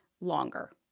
longer